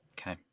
Okay